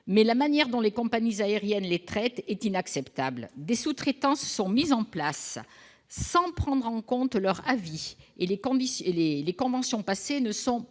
que la manière dont les compagnies aériennes les traitent est inacceptable. Des sous-traitances sont mises en place, sans prendre en compte leur avis, et les conventions passées ne sont pas